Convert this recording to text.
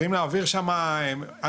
צריכים להעביר שם התפלה,